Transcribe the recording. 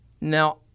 Now